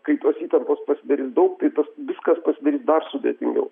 kai tos įtampos pasidarys daug tai viskas pasidarys dar sudėtingiau